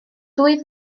dwy